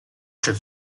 尺寸